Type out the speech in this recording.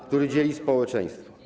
który dzieli społeczeństwo.